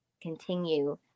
continue